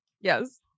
Yes